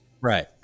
right